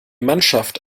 mannschaft